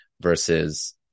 versus